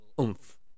oomph